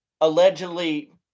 allegedly